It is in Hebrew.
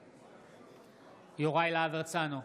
נגד יוראי להב הרצנו,